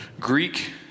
Greek